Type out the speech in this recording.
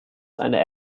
eine